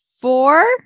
four